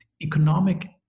Economic